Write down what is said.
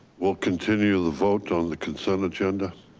we'll continue the vote on the consent agenda.